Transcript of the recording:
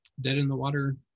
dead-in-the-water